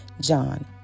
John